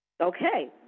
Okay